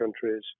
countries